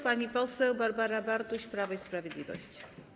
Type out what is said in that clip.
Pani poseł Barbara Bartuś, Prawo i Sprawiedliwość.